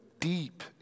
deep